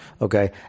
okay